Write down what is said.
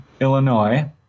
Illinois